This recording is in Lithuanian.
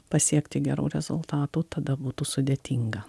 pasiekti gerų rezultatų tada būtų sudėtinga